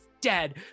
dead